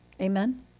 Amen